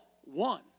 one